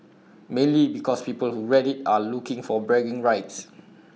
mainly because people who read IT are looking for bragging rights